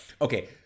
Okay